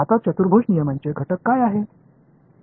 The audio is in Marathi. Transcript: आता चतुर्भुज नियमांचे घटक काय आहेत